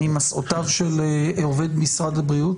ממסעותיו של עובד משרד הבריאות?